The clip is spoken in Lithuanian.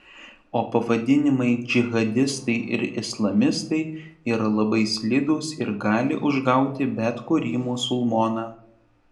o pavadinimai džihadistai ir islamistai yra labai slidūs ir gali užgauti bet kurį musulmoną